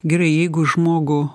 gerai jeigu žmogų